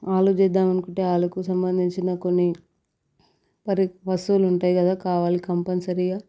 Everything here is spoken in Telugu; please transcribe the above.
ఆలు చేద్దామని అనుకుంటే ఆలుకు సంబంధించిన కొన్ని వస్తువులు ఉంటాయి కదా కావాలి కంపల్సరీగా